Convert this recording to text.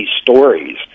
stories